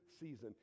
season